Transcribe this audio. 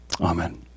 Amen